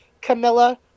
Camilla